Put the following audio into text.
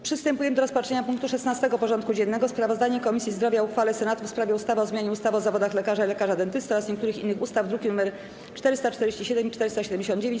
Przystępujemy do rozpatrzenia punktu 16. porządku dziennego: Sprawozdanie Komisji Zdrowia o uchwale Senatu w sprawie ustawy o zmianie ustawy o zawodach lekarza i lekarza dentysty oraz niektórych innych ustaw (druki nr 447 i 479)